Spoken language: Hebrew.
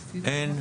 אין.